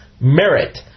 merit